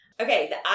Okay